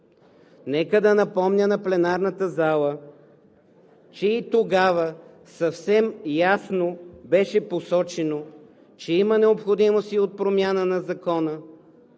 Нека да напомня на пленарната зала, че и тогава съвсем ясно беше посочено, че има необходимост и от промяна на Закона